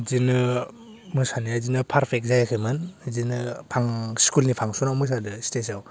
बिदिनो मोसानाया बिदिनो पारफेक्त जायाखैमोन बिदिनो आं स्कुलनि फांसनाव मोसादों स्टेजआव